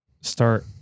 start